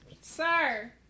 sir